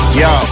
yo